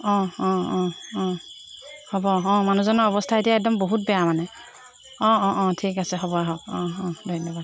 অঁ অঁ অঁ অঁ হ'ব অঁ মানুহজনৰ অৱস্থা এতিয়া একদম বহুত বেয়া মানে অঁ অঁ অঁ ঠিক আছে হ'ব আহক অঁ অঁ ধন্যবাদ